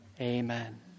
Amen